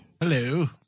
Hello